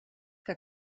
que